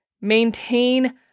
maintain